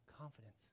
confidence